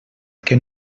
que